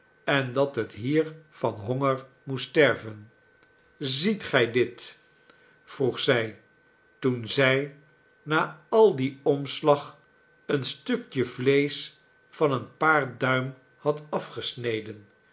en dat het hier van honger moest sterven ziet gij dit vroeg zij toen zij na al dien omslag een stukje vleesch van een paar duim had afgesneden